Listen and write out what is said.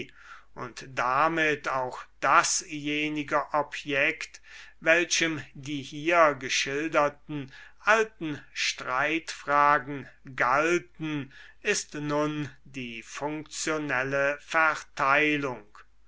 und damit auch dasjenige objekt welchem die hier geschilderten alten streitfragen galten ist nun die funktionelle verteilung